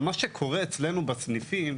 שקורה אצלנו בסניפים,